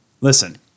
Listen